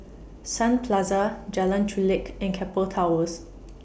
Sun Plaza Jalan Chulek and Keppel Towers